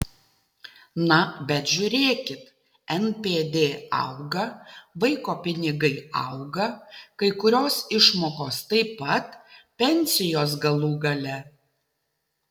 na bet žiūrėkit npd auga vaiko pinigai auga kai kurios išmokos taip pat pensijos galų gale